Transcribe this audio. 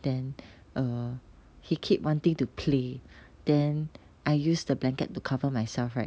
then err he keep wanting to play then I use the blanket to cover myself right